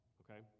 okay